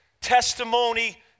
testimony